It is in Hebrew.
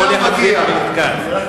הכול יחסי, חבר הכנסת כץ.